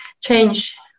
change